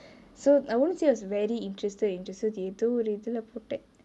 so I wouldn't say I was very interested in ஏதோ ஒரு இதுல போட்டே:etho oru ithule pottae